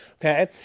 okay